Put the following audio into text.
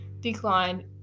declined